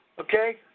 Okay